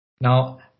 Now